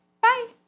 Bye